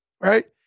right